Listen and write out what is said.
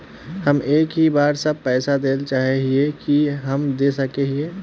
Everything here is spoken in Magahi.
हम एक ही बार सब पैसा देल चाहे हिये की हम दे सके हीये?